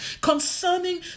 concerning